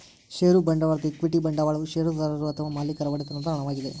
ಷೇರು ಬಂಡವಾಳದ ಈಕ್ವಿಟಿ ಬಂಡವಾಳವು ಷೇರುದಾರರು ಅಥವಾ ಮಾಲೇಕರ ಒಡೆತನದ ಹಣವಾಗಿದೆ